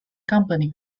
company